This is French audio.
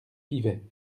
pivet